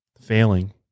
failing